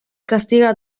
castiga